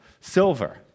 silver